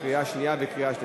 קריאה שנייה וקריאה שלישית.